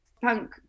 Punk